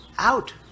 out